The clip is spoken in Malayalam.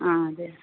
ആ അതെ